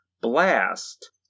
Blast